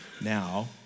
now